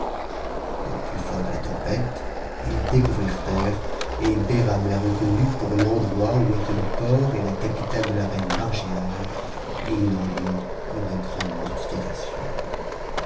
au plus fort de la tempête ils découvrirent terre et behram la reconnut pour l'endroit où étaient le port et la capitale de la reinu margiane et il en eut une grande mortification